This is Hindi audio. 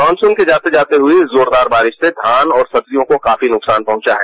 मॉनसून के जाते जाते हुई इस जोरदार बारिश से धान और सब्जियों को काफी नुकसान पहुंचा है